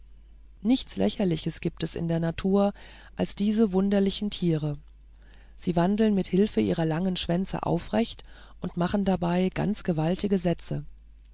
nichts lächerliches gibt es in der natur als diese wunderlichen tiere sie wandeln mit hilfe ihrer langen schwänze aufrecht und machen dabei ganz gewaltige sätze